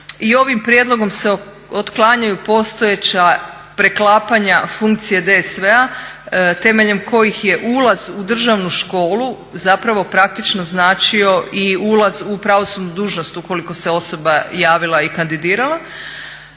i ovim prijedlogom se otklanjaju postojeća preklapanja funkcije DSV-a temeljem kojih je ulaz u državnu školu zapravo praktično značio i ulaz u pravosudnu dužnost ukoliko se osoba javila i kandidirala